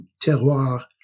terroir